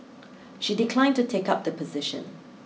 she declined to take up the position